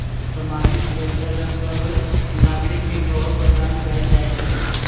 सामाजिक सुरक्षा लेल सभ नागरिक के कवर प्रदान कएल जाइ छइ